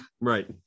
Right